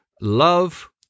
love